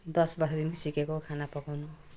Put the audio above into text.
दस वर्षदेखिन् सिकेको खाना पकाउनु